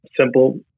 simple